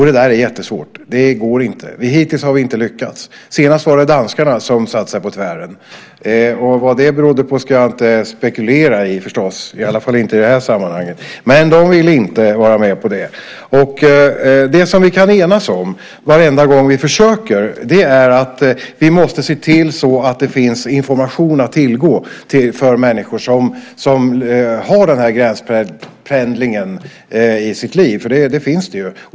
Det där är jättesvårt; det går inte. Hittills har vi inte lyckats. Senast var det danskarna som satte sig på tvären. Vad det berodde på ska jag förstås inte spekulera i, i alla fall inte i det här sammanhanget. De vill alltså inte vara med på detta. Det vi kan enas om varenda gång vi försöker är att vi måste se till att det finns information att tillgå för människor som har den här gränspendlingen i sina liv; det där finns ju.